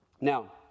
Now